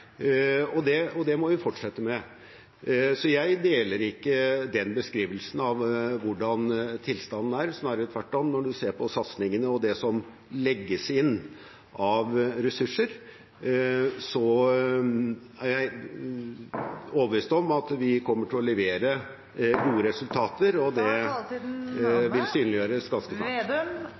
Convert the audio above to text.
på justissektoren, og det må vi fortsette med. Så jeg deler ikke den beskrivelse av hvordan tilstanden er, snarere tvert om. Når en ser på satsingene og det som legges inn av ressurser, er jeg overbevist om at de kommer til å levere gode resultater, og det vil synliggjøres ganske